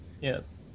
Yes